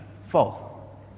fall